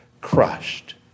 crushed